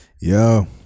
yo